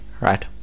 right